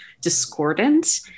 discordant